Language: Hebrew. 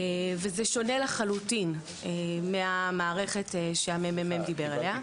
וזה שונה לחלוטין מהמערכת שהממ"מ דיבר עליה.